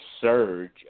surge